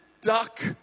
duck